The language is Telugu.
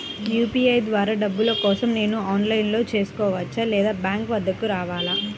యూ.పీ.ఐ ద్వారా డబ్బులు కోసం నేను ఆన్లైన్లో చేసుకోవచ్చా? లేదా బ్యాంక్ వద్దకు రావాలా?